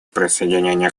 присоединения